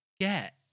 get